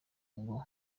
ngo